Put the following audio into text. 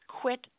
quit